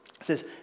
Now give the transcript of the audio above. says